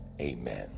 amen